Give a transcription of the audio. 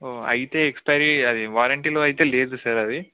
ఓ అయితే ఎక్స్పైరీ అది వారంటిలో అయితే లేదు సార్ అది